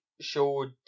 showed